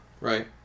Right